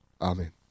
Amen